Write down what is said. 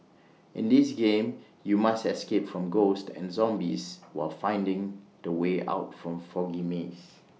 in this game you must escape from ghosts and zombies while finding the way out from foggy maze